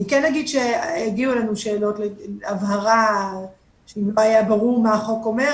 אני כן אגיד שהגיעו אלינו שאלות הבהרה שאם לא היה ברור מה החוק אומר,